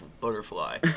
butterfly